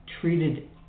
treated